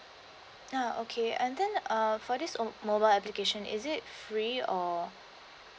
ya okay and then uh for this mobile application is it free or